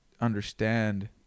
understand